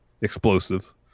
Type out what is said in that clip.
explosive